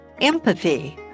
empathy